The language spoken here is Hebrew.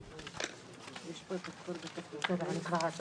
אין מתנגדים ואין נמנעים.